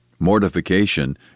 Mortification